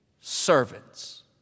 servants